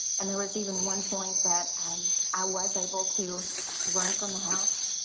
and there was even one point that um i was able to run from the house,